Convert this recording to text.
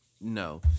no